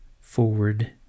Forward